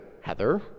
Heather